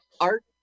art